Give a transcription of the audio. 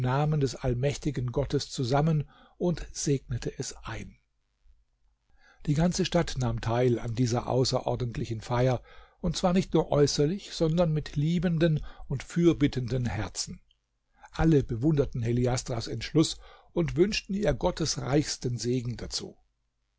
namen des allmächtigen gottes zusammen und segnete es ein die ganze stadt nahm teil an dieser außerordentlichen feier und zwar nicht nur äußerlich sondern mit liebenden und fürbittenden herzen alle bewunderten heliastras entschluß und wünschten ihr gottes reichsten segen dazu